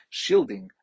shielding